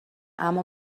اما